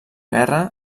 guerra